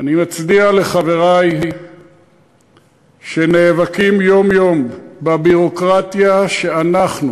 אני מצדיע לחברי שנאבקים יום-יום בביורוקרטיה שאנחנו,